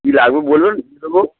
কি লাগবে বলুন দেবো